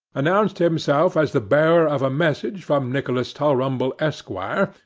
announced himself as the bearer of a message from nicholas tulrumble, esquire,